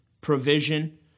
provision